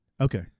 Okay